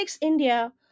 India